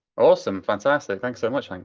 awesome, fantastic. thanks so much, hank.